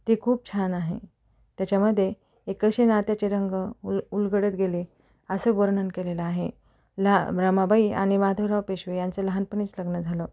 ते खूप छान आहे त्याच्यामध्ये एक असे नात्याचे रंग उल उलगडत गेले असं वर्णन केलेलं आहे लाह रमाबाई आणि माधवराव पेशवे यांचं लहानपणीच लग्न झालं